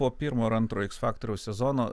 po pirmo ar antro x faktoriaus sezono